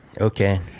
Okay